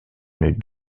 une